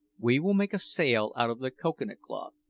we will make a sail out of the cocoa-nut cloth,